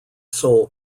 sole